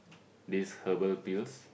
this herbal pills